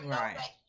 right